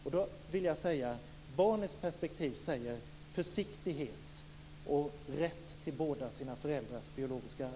Då vill jag säga att barnets perspektiv handlar om försiktighet och om barnets rätt till båda sina föräldrars biologiska arv.